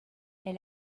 est